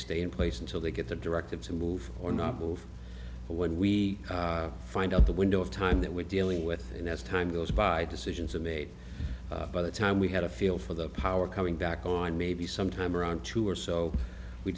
stay in place until they get the directive to move or not move when we find out the window of time that we're dealing with and as time goes by decisions are made by the time we had a feel for the power coming back on maybe sometime around two or so we